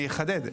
אני אחדד,